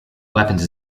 weapons